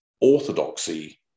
orthodoxy